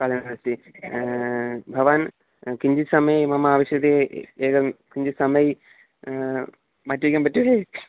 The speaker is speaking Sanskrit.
भवान् किञ्चित् समये मम आवश्यकं एकं किञ्चित् समये पट्टिकां पठ्यते